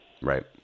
Right